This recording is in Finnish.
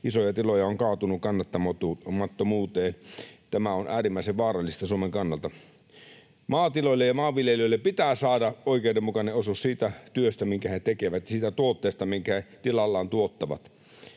Isoja tiloja on kaatunut kannattamattomuuteen. Tämä on äärimmäisen vaarallista Suomen kannalta. Maatiloille ja maanviljelijöille pitää saada oikeudenmukainen osuus siitä työstä, minkä he tekevät, siitä tuotteesta, minkä he tilallaan tuottavat.